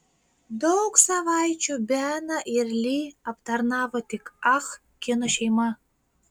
daug savaičių beną ir li aptarnavo tik ah kino šeima